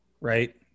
Right